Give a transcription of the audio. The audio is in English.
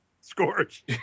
Scorch